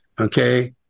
okay